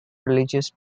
religious